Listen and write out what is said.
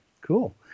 cool